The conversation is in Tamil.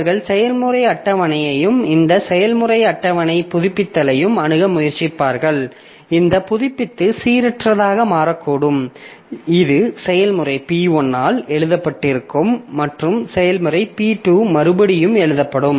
அவர்கள் செயல்முறை அட்டவணையையும் இந்த செயல்முறை அட்டவணை புதுப்பித்தலையும் அணுக முயற்சிப்பார்கள் இந்த புதுப்பிப்பு சீரற்றதாக மாறக்கூடும் இது செயல்முறை P1 ஆல் எழுதப்பட்டிருக்கும் மற்றும் செயல்முறை P2 மறுபடியும் எழுதப்படும்